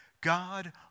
God